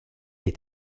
est